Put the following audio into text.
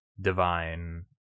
Divine